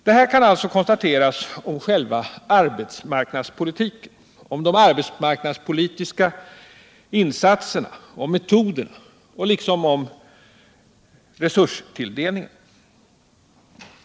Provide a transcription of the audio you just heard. Detta kan alltså konstateras om själva arbetsmarknadspolitiken, om de arbetsmarknadspolitiska insatserna och frågorna, liksom om resurstilldelningen.